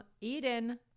Eden